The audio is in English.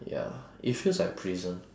ya it feels like prison